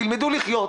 תלמדו לחיות.